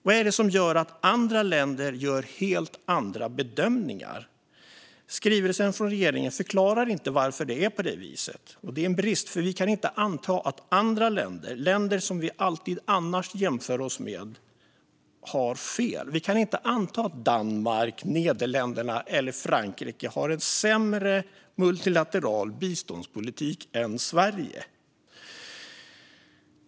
Vad är det som gör att andra länder gör helt andra bedömningar? Skrivelsen från regeringen förklarar inte varför det är på det viset. Det är en brist, för vi kan inte anta att andra länder - länder som vi alltid annars jämför oss med - har fel. Vi kan inte anta att Danmark, Nederländerna eller Frankrike har en sämre multilateral biståndspolitik än Sverige.